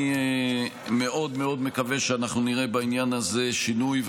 אני מאוד מאוד מקווה שאנחנו נראה בעניין הזה שינוי,